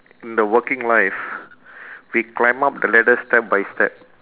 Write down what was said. in the working life we climb up the ladder step by step